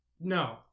No